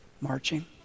marching